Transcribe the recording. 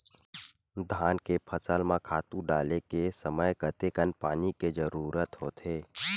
धान के फसल म खातु डाले के समय कतेकन पानी के जरूरत होथे?